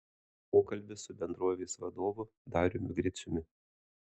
pokalbis su bendrovės vadovu dariumi griciumi